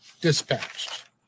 dispatched